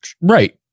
Right